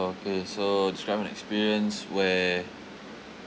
okay so describe an experience where